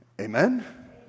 Amen